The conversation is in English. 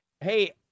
Hey